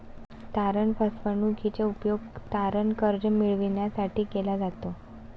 तारण फसवणूकीचा उपयोग तारण कर्ज मिळविण्यासाठी केला जातो